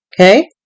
Okay